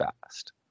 fast